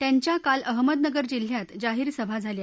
त्यांच्या काल अहमदनगर जिल्ह्यात जाहीर सभा झाल्या